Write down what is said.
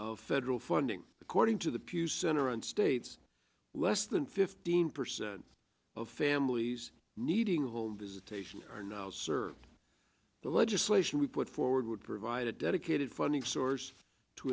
of federal funding according to the pew center on states less than fifteen percent of families needing a home visitation are now sir the legislation we put forward would provide a dedicated funding source to